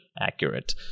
accurate